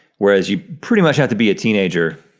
whereas you pretty much have to be a teenager,